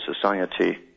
society